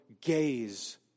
gaze